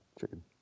chicken